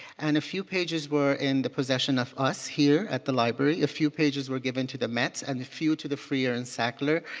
and a few pages were in the possession of us here at the library. a few pages were given to the mets, and a few to the freer and sackler.